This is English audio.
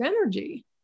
energy